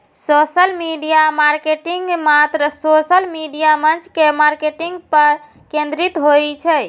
social media marketing मात्र social media मंच के मार्केटिंग पर केंद्रित होइ छै